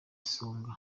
songa